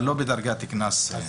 אבל לא בדרגת קנס כזאת.